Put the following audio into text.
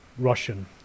Russian